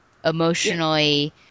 emotionally